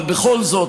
אבל בכל זאת,